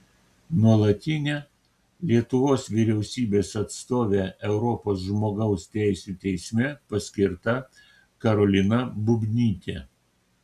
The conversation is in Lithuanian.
nuolatine lietuvos vyriausybės atstove europos žmogaus teisių teisme paskirta karolina bubnytė